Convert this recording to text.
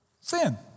sin